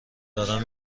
دارم